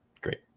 great